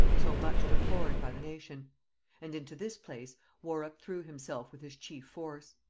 so much deplored by the nation and into this place warwick threw himself with his chief force.